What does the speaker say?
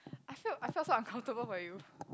I felt I felt so uncomfortable for you